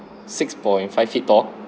six point five feet tall